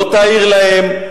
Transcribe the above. לא תעיר להם,